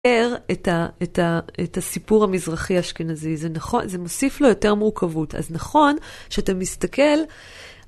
את הסיפור המזרחי אשכנזי, זה נכון, זה מוסיף לו יותר מורכבות, אז נכון שאתה מסתכל.